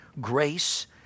grace